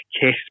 kiss